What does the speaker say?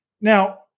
Now